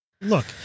look